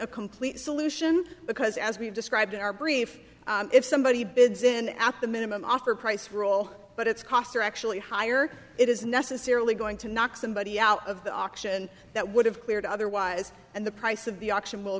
a complete solution because as we've described in our brief if somebody bids then at the minimum offer price roll but its costs are actually higher it is necessarily going to knock somebody out of the auction that would have cleared otherwise and the price of the auction will